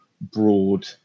broad